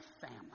family